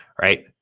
right